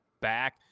back